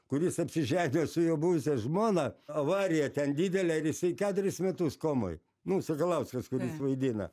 kuris apsiženijo su jo buvusia žmona avarija ten didelė ir jisai keturis metus komoj nu sakalauskas kuris vaidina